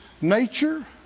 nature